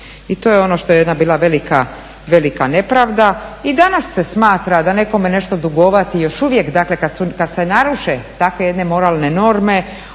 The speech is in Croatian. i to je ono što je … bila velika nepravda. I danas se smatra da nekome nešto dugovati još uvijek, dakle kad se naruše takve jedne moralne norme,